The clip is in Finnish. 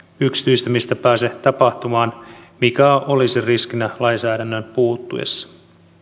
yksityistämistä pääse tapahtumaan mikä olisi riskinä lainsäädännön puuttuessa